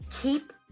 keep